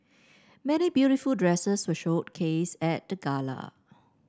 many beautiful dresses were showcased at the gala